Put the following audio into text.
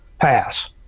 pass